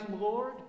Lord